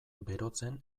berotzen